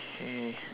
okay